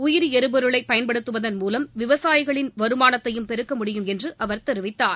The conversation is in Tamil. உயிரி எரிபொருளை பயன்படுத்துவதன் மூலம் விவசாயிகளின் வருமானத்தையும் பெருக்க முடியும் என்று அவர் தெரிவித்தார்